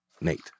Nate